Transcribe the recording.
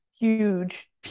huge